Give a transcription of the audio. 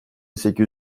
sekiz